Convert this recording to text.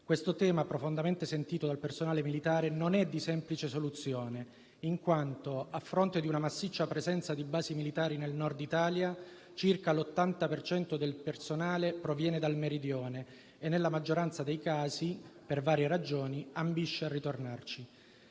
Questo tema, profondamente sentito dal personale militare, non è di semplice soluzione, in quanto, a fronte di una massiccia presenza di basi militari nel Nord Italia, circa l'80 per cento del personale proviene dal Meridione e nella maggioranza dei casi, per varie ragioni, ambisce a ritornarvi.